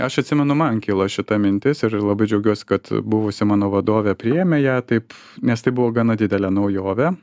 aš atsimenu man kilo šita mintis ir labai džiaugiuosi kad buvusi mano vadovė priėmė ją taip nes tai buvo gana didelė naujovė